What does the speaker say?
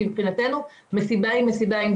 מבחינתנו מסיבה היא מסיבה היא מסיבה,